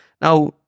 now